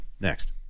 next